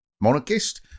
monarchist